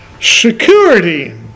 security